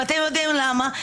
יודעים למה?